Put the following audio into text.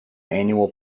annual